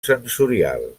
sensorial